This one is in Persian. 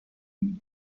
میگن